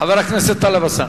חבר הכנסת טלב אלסאנע.